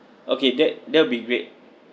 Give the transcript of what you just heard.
okay that that will be great